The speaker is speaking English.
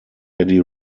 eddie